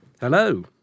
Hello